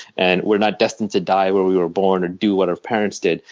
and we're not destined to die where we were born or do what our parents did.